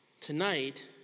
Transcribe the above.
Tonight